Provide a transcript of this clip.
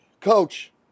Coach